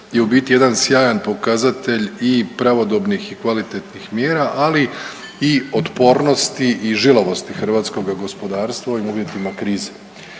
je u biti jedan sjajan pokazatelj i pravodobnih i kvalitetnih mjera, ali i otpornosti i žilavosti hrvatskoga gospodarstva u uvjetima krize